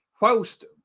whilst